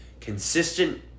consistent